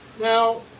now